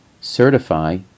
certify